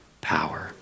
power